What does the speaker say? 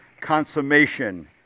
consummation